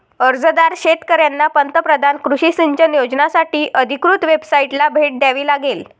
अर्जदार शेतकऱ्यांना पंतप्रधान कृषी सिंचन योजनासाठी अधिकृत वेबसाइटला भेट द्यावी लागेल